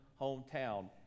hometown